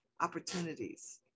opportunities